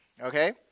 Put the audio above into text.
okay